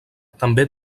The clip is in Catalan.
també